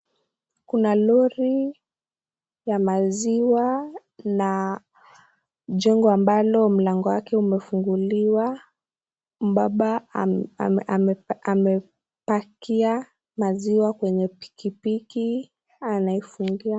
Kuna lori ya maziwa na jumba ambalo mlango wake umefunguliwa. Mbaba amepakia maziwa kwenye pikipiki, anaifungia.